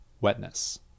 wetness